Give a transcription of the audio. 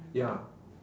ya